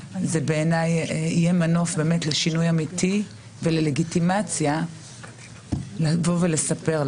בעיניי זה יהיה מנוף לשינוי אמיתי וללגיטימציה לאחרים לבוא ולספר.